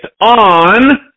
on